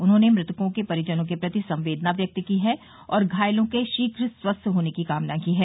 उन्होंने मृतकों के परिजनों के प्रति संवेदना व्यक्त की है और घायलों के शीघ्र स्वस्थ होने की कामना की है